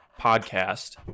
Podcast